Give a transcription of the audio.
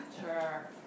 Sure